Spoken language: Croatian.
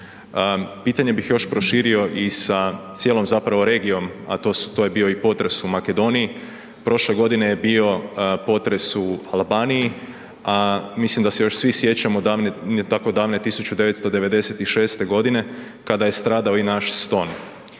Pitanje bih još proširio i sa cijelom zapravo regijom, a to je bio potres u Makedoniji. Prošle godine je bio potres u Albaniji, a mislim da se još svi sjećamo davne, tako davne 1996. g. kada je stradao i naš Ston.